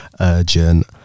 urgent